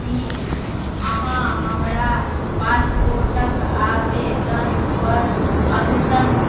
की अहाँ हमरा पासपोर्टक आवेदनपर अद्ययतन